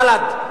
בל"ד.